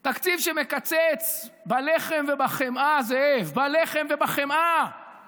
זה תקציב שמקצץ בלחם ובחמאה, זאב, בלחם ובחמאה